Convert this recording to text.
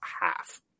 half